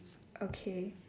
okay